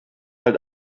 halt